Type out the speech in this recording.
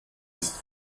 ist